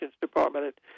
department